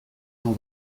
jean